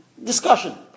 Discussion